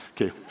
Okay